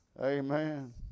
Amen